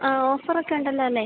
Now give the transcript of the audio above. ആ ഓഫറൊക്ക ഉണ്ടല്ലോ അല്ലേ